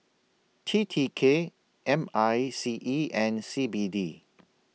T T K M I C E and C B D